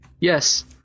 Yes